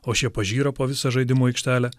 o šie pažyra po visą žaidimų aikštelę